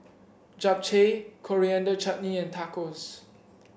Japchae Coriander Chutney and Tacos